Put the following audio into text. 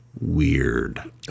weird